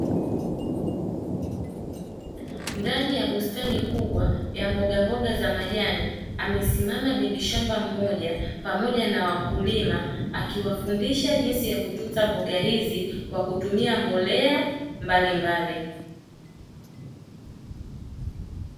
Ndani ya bustani kubwa ya mboga mboga za majani amesimama bibi shamba mmoja pamoja na wakulima akiwafundisha jinsi ya kutunza mboga hizi kwa kutumia mbolea mbalimbali.